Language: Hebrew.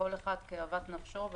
כל אחד כאוות נפשו,